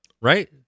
right